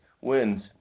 wins